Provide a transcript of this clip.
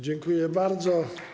Dziękuję bardzo.